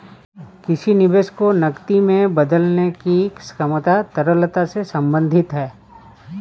किसी निवेश को नकदी में बदलने की क्षमता तरलता से संबंधित है